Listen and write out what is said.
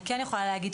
אני כן יכולה להגיד,